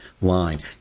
line